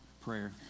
prayer